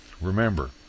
Remember